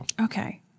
Okay